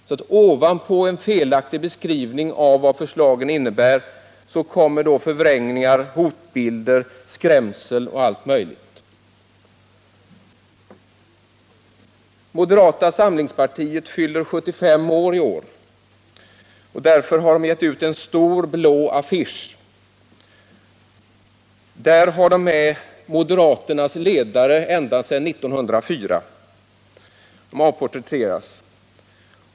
Och ovanpå en felaktig beskrivning av vad förslagen innebär kommer förvrängningar, hotbilder och skrämselpropaganda. Moderata samlingspartiet fyller 75 år i år och har därför gett ut en stor blå affisch. Där avporträtteras moderaternas ledare sedan 1904.